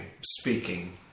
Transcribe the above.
speaking